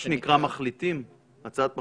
מה שנקרא הצעת מחליטים?